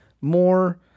more